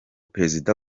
perezida